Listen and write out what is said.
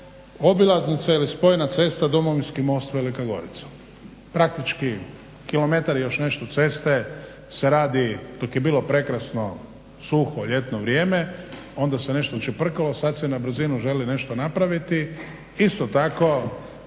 obilaznica ili spojena cesta Domovinski most-Velika Gorica. Praktički kilometar i još nešto ceste se radi, dok je bilo prekrasno suho ljetno vrijeme onda se nešto čeprkalo sada se na brzinu želi nešto napraviti isto tako